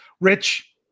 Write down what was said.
Rich